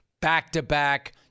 Back-to-back